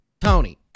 Tony